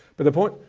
but the point,